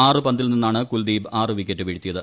ആറു പന്തിൽ നിന്നാണ് കൂൽദീപ് ആറ് വിക്കറ്റ് വീഴ്ത്തിയത്